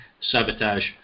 sabotage